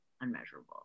unmeasurable